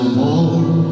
more